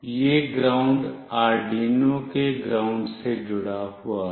यह ground Arduino के ground से जुड़ा हुआ है